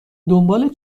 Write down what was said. دنبال